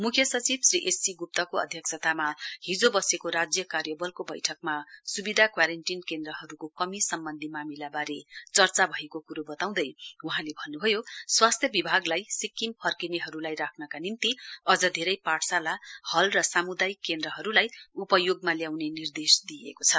मुख्य सचिव Shri S C गुप्तको अध्यक्षतामा हिजो बसेको राज्य कार्य बलको बैठकमा सुविधा क्वारेन्टीन केन्द्रहरूको कमी सम्वन्धी मामिलाबारे चर्चा भएको क्रो बताउँदै वहाँले भन्न्भयो स्वास्थ्य विभागलाई सिक्किम फर्किनेहरूलाई राख्नका निम्ति अझ धेरै पाठशाला हल र सामुदायिक केन्द्रहरूलाई उपयोगमा ल्याउने निर्देश दिइएको छ